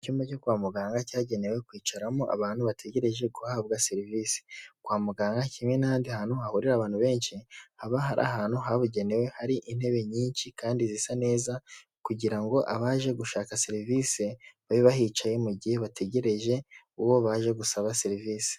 Icyumba cyo kwa muganga cyagenewe kwicaramo abantu bategereje guhabwa serivisi. Kwa muganga kimwe n'ahandi hantu hahurira abantu benshi haba hari ahantu habugenewe hari intebe nyinshi kandi zisa neza kugira ngo abaje gushaka serivisi babe bahicaye mu gihe bategereje uwo baje gusaba serivisi.